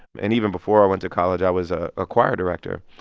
and even before i went to college, i was ah a choir director.